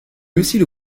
aussi